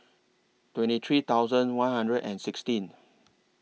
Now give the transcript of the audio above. twenty three thousand one hundred and sixteen